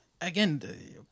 again